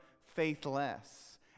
faithless